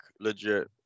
legit